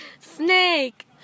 snake